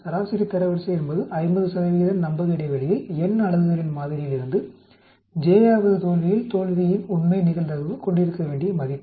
சராசரி தரவரிசை என்பது 50 நம்பக இடைவெளியில் n அலகுகளின் மாதிரியிலிருந்து j வது தோல்வியில் தோல்வியின் உண்மை நிகழ்தகவு கொண்டிருக்க வேண்டிய மதிப்பு